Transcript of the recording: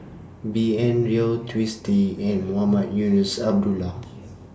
B N Rao Twisstii and Mohamed Eunos Abdullah